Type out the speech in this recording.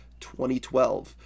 2012